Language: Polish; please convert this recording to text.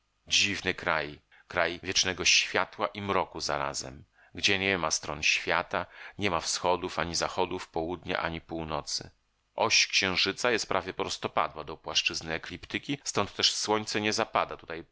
dziwny kraj kraj wiecznego światła i mroku zarazem gdzie niema stron świata niema wschodów ani zachodów południa ani północy oś księżyca jest prawie prostopadła do płaszczyzny ekliptyki stąd też słońce nie zapada tutaj